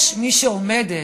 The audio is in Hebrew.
יש מי שעומדת